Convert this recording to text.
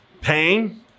pain